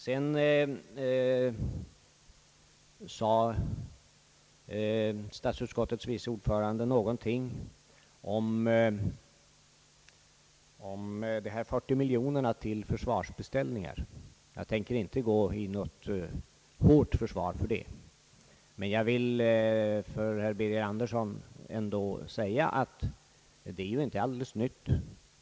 Sedan sade statsutskottets vice ordförande något om de 40 miljonerna till försvarsbeställningar. Jag tänker inte gå in i något hårt försvar av vår hållning, men jag vill för herr Birger Andersson ändå framhålla att det här inte är fråga om något alldeles nytt.